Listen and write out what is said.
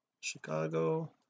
Chicago